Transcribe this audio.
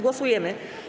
Głosujemy.